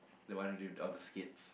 the one that who drew the skits